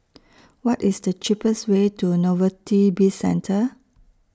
What IS The cheapest Way to Novelty Bizcentre